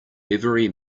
every